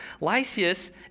Lysias